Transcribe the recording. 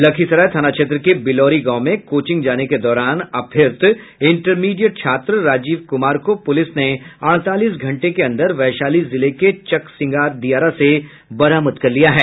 लखीसराय थाना क्षेत्र के बिलौरी गांव में कोचिंग जाने के दौरान अपहृत इंटरमीडिएट छात्र राजीव कुमार को पुलिस ने अड़तालीस घंटे के अंदर वैशाली जिले के चकसिंगार दियारा से बरामद कर लिया है